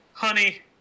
Honey